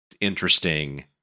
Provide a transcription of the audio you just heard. interesting